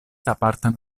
apartan